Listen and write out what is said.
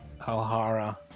Alhara